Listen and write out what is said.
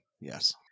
yes